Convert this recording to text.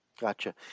Gotcha